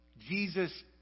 Jesus